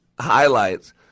highlights